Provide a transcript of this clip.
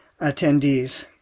attendees